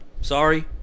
Sorry